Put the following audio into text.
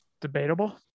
Debatable